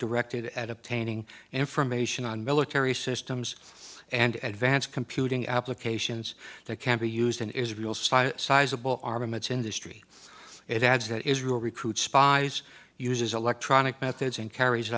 directed at obtaining information on military systems and advanced computing applications that can be used in israel so sizable armaments industry it adds that israel recruit spies uses electronic methods and carries